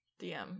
DM